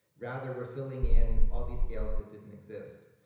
rather, we're filling in all these scales that didn't exist.